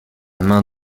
main